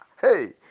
hey